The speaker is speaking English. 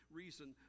reason